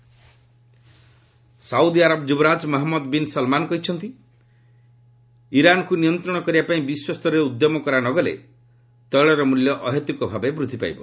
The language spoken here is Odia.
ସାଉଦି ଇରାନ୍ ସାଉଦି ଆରବ ଯୁବରାଜ ମହମ୍ମଦ ବିନ୍ ସଲ୍ମାନ୍ କହିଛନ୍ତି ଇରାନ୍କୁ ନିୟନ୍ତ୍ରଣ କରିବାପାଇଁ ବିଶ୍ୱସ୍ତରରେ ଉଦ୍ୟମ କରା ନ ଗଲେ ତେିଳର ମୂଲ୍ୟ ଅହେତୁକ ଭାବେ ବୃଦ୍ଧି ପାଇବ